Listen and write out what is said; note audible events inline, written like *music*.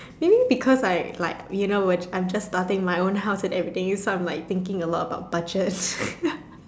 maybe because like like you know which I'm just starting my own house and everything that's why I'm like you thinking a lot about budget *laughs*